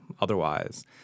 otherwise